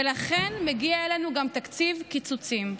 ולכן מגיע אלינו גם תקציב קיצוצים.